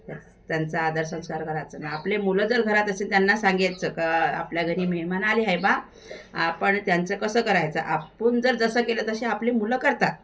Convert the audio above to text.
त्यांचा आदरसंस्कार करायचं न आपले मुलं जर घराच असे त्यांना सांगायचं का आपल्या घरी मेहमान आली आहे बा आपण त्यांचं कसं करायचं आपण जर जसं केलं तसे आपली मुलं करतात